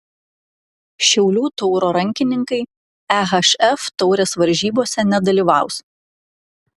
šiaulių tauro rankininkai ehf taurės varžybose nedalyvaus